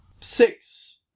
six